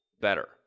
better